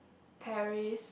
Paris